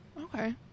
okay